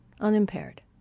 Unimpaired